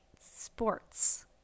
sports